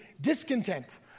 discontent